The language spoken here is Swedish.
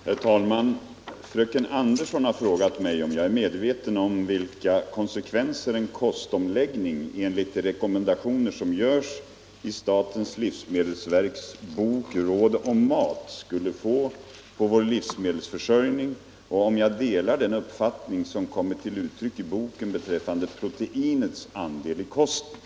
Herr talman! Fröken Andersson har frågat mig om jag är medveten om vilka konsekvenser en kostomläggning enligt de rekommendationer som görs i statens livsmedelsverks bok Råd om mat skulle få på vår livsmedelsförsörjning och om jag delar den uppfattning som kommit till uttryck i boken beträffande proteinets andel i kosten.